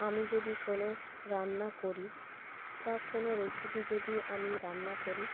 আমি যদি কোনও রান্না করি বা কোনও রেসিপি যদি আমি রান্না করি